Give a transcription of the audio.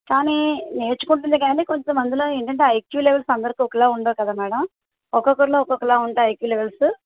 కానీ నేర్చుకుంటుంది గానీ కొంచెం అందులో ఏంటంటే ఐక్యూ లెవెల్స్ అందరికి ఒకలాగా ఉండవు కదా మేడం ఒక్కొక్కరిలో ఒక్కొక్కలాగా ఉంటాయి ఐక్యూ లెవెల్సు